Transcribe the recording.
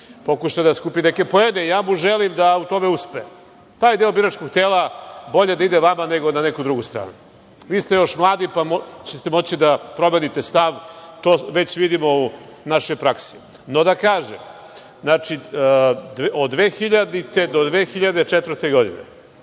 pokušao da skupi neke poene. Želim mu da u tome uspe. Taj deo biračkog tela bolje da ide vama nego na neku drugu stranu. Vi ste još mladi pa ćete moći da promenite stav. To već vidimo u našoj praksi.No, da kažem da od 2000. do 2004. godine,